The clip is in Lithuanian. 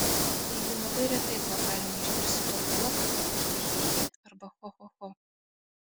taigi labai retai buvo galima išgirsti tokį juoką kaip chi chi chi arba cho cho cho